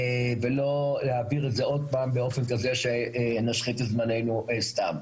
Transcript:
ולא להעביר את זה עוד פעם באופן כזה שבו נשחית את זמננו סתם.